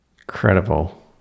Incredible